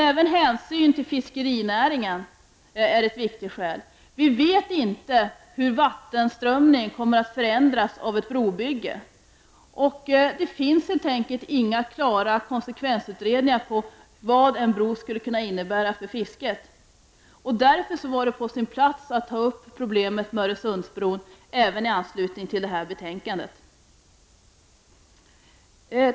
Även hänsyn till fiskerinäringen är ett viktigt skäl. Vi vet inte hur vattenströmningen kommer att förändras av ett brobygge, och det finns helt enkelt inga klara konsekvensutredningar på vad en bro skulle kunna innebära för fisket. Därför var det på sin plats att ta upp problemet med Öresundsbron även i anslutning till detta betänkande.